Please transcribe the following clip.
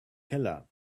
keller